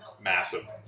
massive